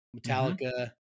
Metallica